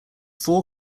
four